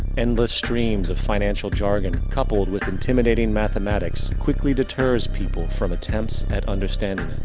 endless streams of financial jargon, coupled with intimidating mathematics, quickly deters people from attempts at understanding